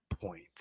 point